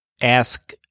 ask